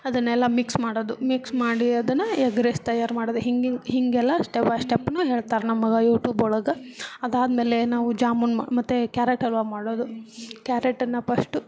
ಅದನ್ನೆಲ್ಲ ಮಿಕ್ಸ್ ಮಾಡೋದು ಮಿಕ್ಸ್ ಮಾಡಿ ಅದನ್ನು ಎಗ್ ರೈಸ್ ತಯಾರು ಮಾಡೋದು ಹಿಂಗಿಂಗೆ ಹಿಂಗೆಲ್ಲ ಸ್ಟೆಪ್ ಬೈ ಸ್ಟೆಪ್ಪನ್ನು ಹೇಳ್ತಾರೆ ನಮ್ಗೆ ಯೂಟೂಬ್ ಒಳಗೆ ಅದಾದಮೇಲೆ ನಾವು ಜಾಮೂನು ಮತ್ತೆ ಕ್ಯಾರೆಟ್ ಹಲ್ವಾ ಮಾಡೋದು ಕ್ಯಾರೆಟನ್ನು ಪಶ್ಟು